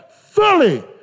fully